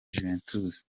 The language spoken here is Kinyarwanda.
juventus